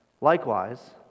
Likewise